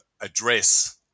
address